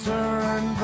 Turn